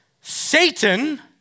Satan